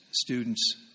students